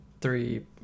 Three